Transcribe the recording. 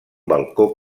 balcó